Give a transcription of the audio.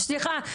סליחה,